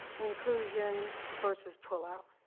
inclusion versus pullout.